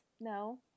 no